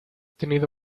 tenido